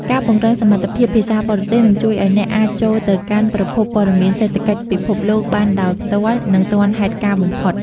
ការពង្រឹងសមត្ថភាពភាសាបរទេសនឹងជួយឱ្យអ្នកអាចចូលទៅកាន់ប្រភពព័ត៌មានសេដ្ឋកិច្ចពិភពលោកបានដោយផ្ទាល់ និងទាន់ហេតុការណ៍បំផុត។